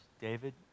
David